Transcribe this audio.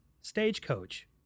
Stagecoach